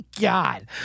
God